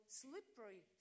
slippery